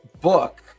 book